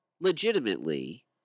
legitimately